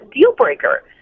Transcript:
deal-breaker